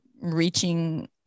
reaching